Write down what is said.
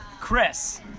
Chris